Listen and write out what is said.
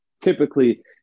typically –